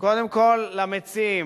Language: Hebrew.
קודם כול למציעים,